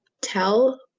tell